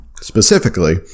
specifically